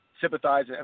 sympathize